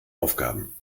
aufgaben